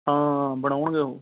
ਹਾਂ ਬਣਾਉਣਗੇ ਉਹ